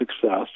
success